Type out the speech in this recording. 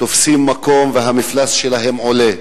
תופסות מקום והמפלס שלהן עולה.